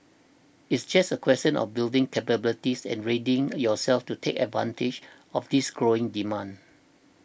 it's just a question of building capabilities and readying yourselves to take advantage of this growing demand